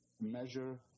measure